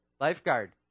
lifeguard